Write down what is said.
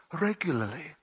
regularly